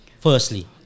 firstly